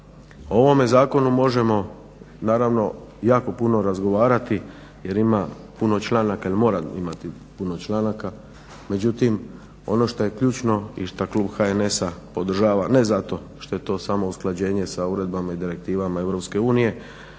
O ovome zakonu možemo naravno jako puno razgovarati jer ima puno članaka, jer mora imati puno članaka, međutim ono što je ključno i što klub HNS-a podržava, ne zato što je to samo usklađenje sa uredbama i direktivama